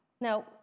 Now